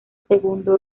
segundo